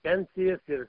pensijas ir